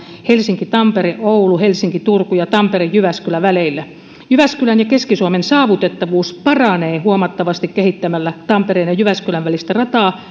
helsinki tampere oulu helsinki turku ja tampere jyväskylä väleille jyväskylän ja keski suomen saavutettavuus paranee huomattavasti kehittämällä tampereen ja jyväskylän välistä rataa